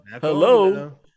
hello